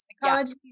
psychology